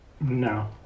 No